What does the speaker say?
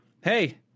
hey